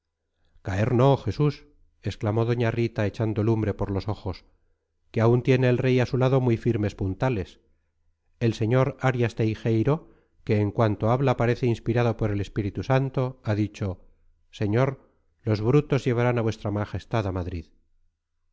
caer no jesús exclamó doña rita echando lumbre por los ojos que aún tiene el rey a su lado muy firmes puntales el señor arias teijeiro que en cuanto habla parece inspirado por el espíritu santo ha dicho señor los brutos llevarán a v m a madrid